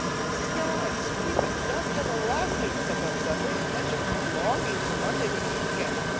it was scour and sweep and dust everlasting, except on sundays, and then she was just longing for monday to begin again.